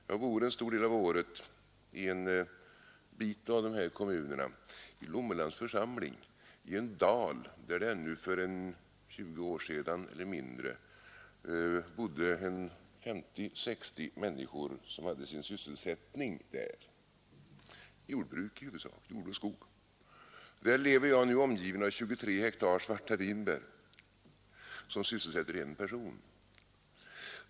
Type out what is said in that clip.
Jag bor en stor del av året i den här regionen, i Lommelands församling, i en dal där det ännu för 20 år sedan eller mindre bodde 50—60 människor som hade sin sysselsättning där, i huvudsak av jord och skog. Där lever jag nu, omgiven av 23 hektar svarta vinbär, som sysselsätter 1 person.